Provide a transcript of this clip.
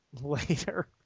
later